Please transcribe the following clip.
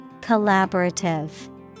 Collaborative